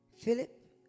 Philip